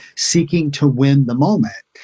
seeking to win the moment.